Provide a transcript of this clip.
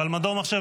אבל מדור מחשב,